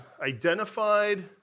identified